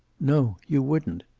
no. you wouldn't.